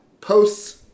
posts